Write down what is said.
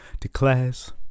declares